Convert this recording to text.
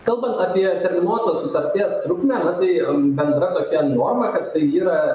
kalbant apie terminuotos sutarties trukmę na tai bendra tokia nuoma kad tai yra